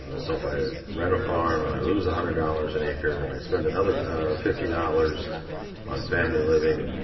so if i rent a farm, and i lose a hundred dollars an acre, and i spend another fifty dollars on family living,